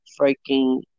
freaking